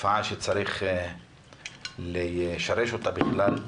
וצריך לשרש אותה בכלל,